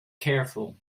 careful